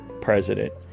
president